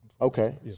Okay